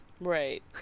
Right